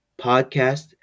podcast